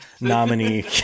nominee